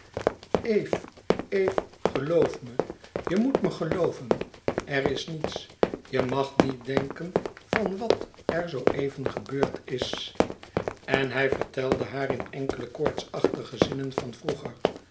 eve eve geloof me je moet me gelooven er is niets je mag niets denken van wat er zoo even gebeurd is en hij vertelde haar in enkele koortsachtige zinnen van vroeger